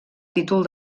títol